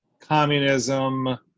communism